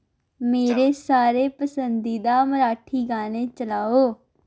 मेरे सारे पसंदीदा मराठी गाने चलाओ